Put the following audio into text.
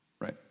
right